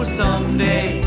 someday